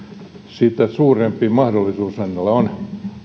sitä suurempi mahdollisuus hänellä on